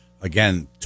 again